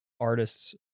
artists